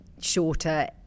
shorter